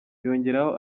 yongeraho